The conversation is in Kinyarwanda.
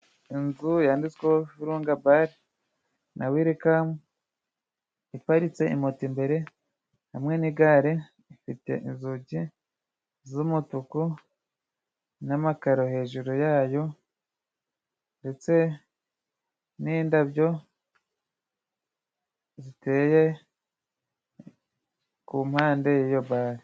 Inzu yanditseho virunga bare na welikamu, iparitse moto imbere hamwe nigare, ifite inzugi z'umutuku n'amakaro hejuru yayo ndetse n'indabyo ziteye kumpande yiyo bare.